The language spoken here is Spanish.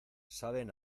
saben